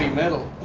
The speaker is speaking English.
metal!